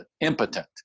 impotent